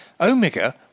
Omega